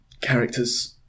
characters